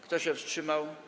Kto się wstrzymał?